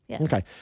Okay